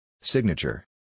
Signature